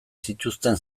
zituzten